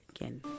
again